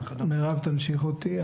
מירב תמשיך אותי.